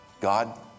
God